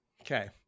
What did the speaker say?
Okay